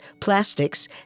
plastics